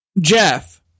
Jeff